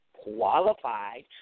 qualified